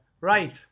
Right